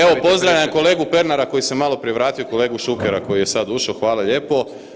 Evo, pozdravljam kolegu Pernara koji se maloprije vratio i kolegu Šukera koji je sad ušao, hvala lijepo.